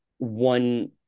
one